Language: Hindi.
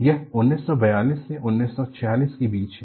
यह 1942 से 1946 के बीच है